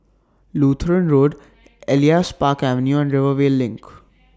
Lutheran Road Elias Park Avenue and Rivervale LINK